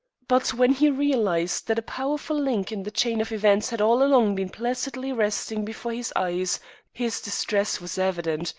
but when he realized that a powerful link in the chain of events had all along been placidly resting before his eyes his distress was evident,